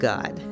God